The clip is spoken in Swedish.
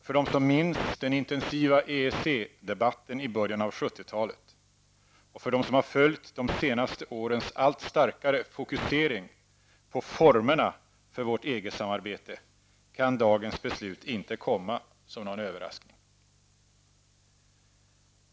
För dem som minns den intensiva EEC-debatten i början av 70-talet och för dem som följt de senaste årens allt starkare fokusering på formerna för vårt EG-samarbete, kan dagens beslut inte komma som någon överraskning.